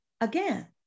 again